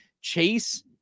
Chase